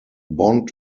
bond